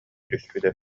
түспүтэ